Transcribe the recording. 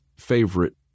Favorite